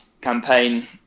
campaign